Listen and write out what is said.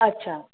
अच्छा